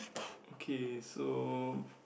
okay so